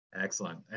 Excellent